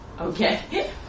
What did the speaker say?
Okay